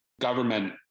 government